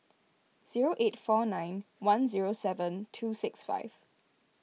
zeo eight four nine one zero seven two six five